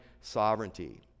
sovereignty